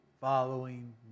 following